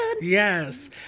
Yes